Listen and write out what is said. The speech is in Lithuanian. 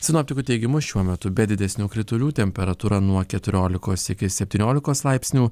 sinoptikų teigimu šiuo metu be didesnių kritulių temperatūra nuo keturiolikos iki septyniolikos laipsnių